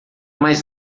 mais